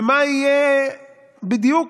ומה יהיה בדיוק,